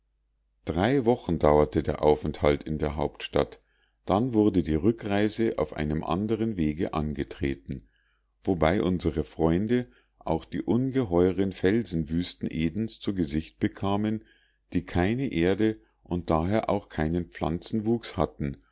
drei wochen dauerte der aufenthalt in der hauptstadt dann wurde die rückreise auf einem andern wege angetreten wobei unsere freunde auch die ungeheuren felsenwüsten edens zu gesicht bekamen die keine erde und daher auch keinen pflanzenwuchs hatten